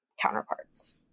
counterparts